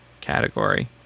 category